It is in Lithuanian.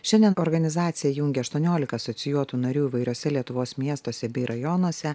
šiandien organizacija jungia aštuoniolika asocijuotų narių įvairiuose lietuvos miestuose bei rajonuose